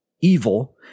evil